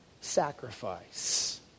sacrifice